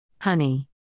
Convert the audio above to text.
Honey